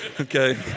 Okay